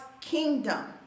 kingdom